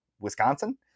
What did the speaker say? Wisconsin